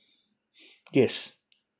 yes